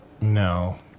No